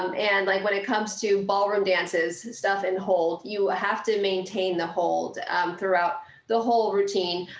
um and like when it comes to ballroom dances stuff in hold, you ah have to maintain the hold throughout the whole routine,